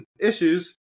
issues